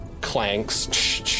clanks